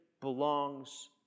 belongs